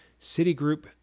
Citigroup